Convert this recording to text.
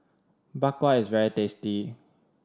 Bak Kwa is very tasty